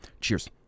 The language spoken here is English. Cheers